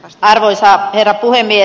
arvoisa herra puhemies